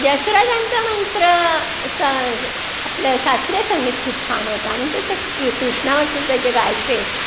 जसराजांचं मंत्र स आपलं शास्त्रीय संगीत खूप छान होतं आणि त्याचं कृष्णावरचं जे गायचे